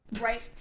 right